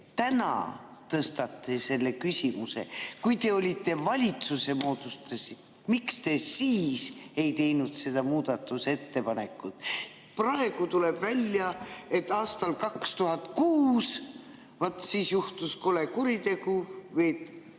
tõstate selle küsimuse? Kui te olite valitsuse moodustanud, miks te siis ei teinud seda muudatusettepanekut? Praegu tuleb välja, et aastal 2006, vaat siis juhtus kole kuritegu, lubati